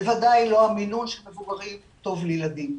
בוודאי לא המינון של המבוגרים טוב לילדים.